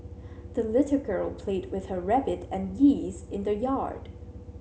the little girl played with her rabbit and geese in the yard